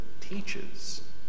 teaches